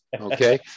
okay